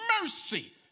mercy